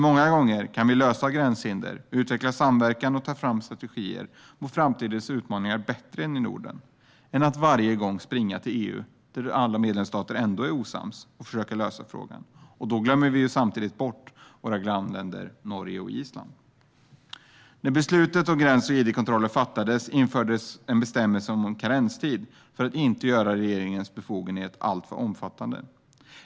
Många gånger kan vi lösa problem med gränshinder, utveckla samverkan och ta fram strategier mot framtidens utmaningar på ett bättre sätt i Norden än att vi varje gång ska springa till EU, där andra medlemsstater ändå är osams, och försöka lösa frågan. Samtidigt glömmer vi då bort våra grannländer Norge och Island. När beslutet om gräns och id-kontroller fattades infördes en bestämmelse om karenstid för att inte göra regeringens befogenhet alltför omfattande.